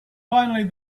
finally